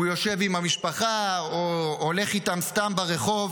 הוא יושב עם המשפחה או הולך איתם סתם ברחוב,